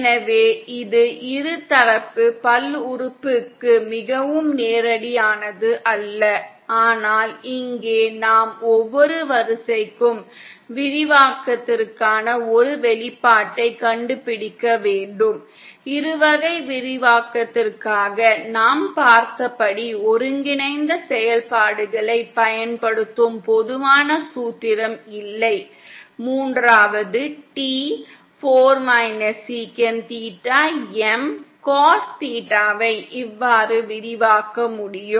எனவே இது இருதரப்பு பல்லுறுப்புறுப்புக்கு மிகவும் நேரடியானது அல்ல ஆனால் இங்கே நாம் ஒவ்வொரு வரிசைக்கும் விரிவாக்கத்திற்கான ஒரு வெளிப்பாட்டைக் கண்டுபிடிக்க வேண்டும் இருவகை விரிவாக்கத்திற்காக நாம் பார்த்தபடி ஒருங்கிணைந்த செயல்பாடுகளைப் பயன்படுத்தும் பொதுவான சூத்திரம் இல்லை மூன்றாவது T 4 சீகன் தீட்டா M காஸ் தீட்டாவை இவ்வாறு விரிவாக்க முடியும்